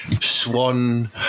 swan